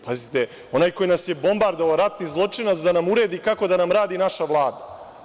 Pazite, onaj koji nas je bombardovao, ratni zločinac da nam uredi kako da nam radi naša Vlada.